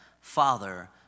Father